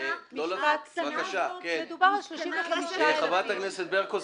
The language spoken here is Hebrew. המדינה הקטנה הזאת --- חברת הכנסת ברקו,